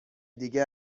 دیگه